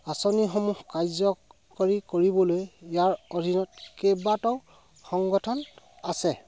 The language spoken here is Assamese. আঁচনিসমূহ কাৰ্য কৰি কৰিবলৈ ইয়াৰ অধীনত কেইবাটাও সংগঠন আছে